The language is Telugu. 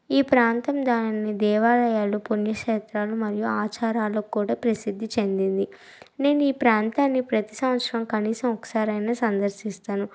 ఈ ప్రాంతం దాని దేవాలయాలు పుణ్యక్షేత్రాలు మరియు ఆచారాలకు కూడా ప్రసిద్ది చెందిది నేనీ ప్రాంతాన్ని ప్రతి సంవత్సరం కనీసం ఒక్కసారైనా సందర్శిస్తాను